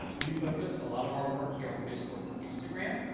we focus a lot of our work here on facebook and instagram.